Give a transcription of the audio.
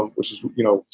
um which is, you know,